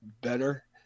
better